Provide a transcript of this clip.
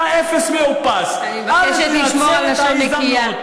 אתה אפס מאופס, אני מבקשת לשמור על לשון נקייה.